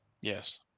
Yes